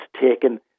taken